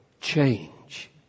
change